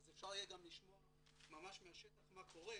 אז אפשר יהיה גם לשמוע ממש מהשטח מה קורה,